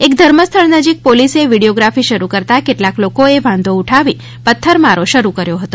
એક ધર્મસ્થળ નજીક પોલીસે વિડીયોગ્રાફી શરૂ કરતા કેટલાક લોકોએ વાંધો ઉઠાવી પથ્થરમારો શરૂ કર્યો હતો